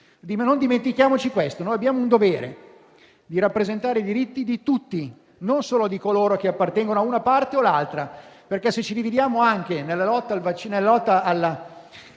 Non dimentichiamoci che noi abbiamo il dovere di rappresentare i diritti di tutti, non solo di coloro che appartengono a una parte o all'altra, perché, se ci dividiamo anche nella lotta al